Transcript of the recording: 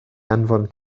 anfon